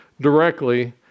directly